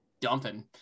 dumping